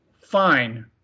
fine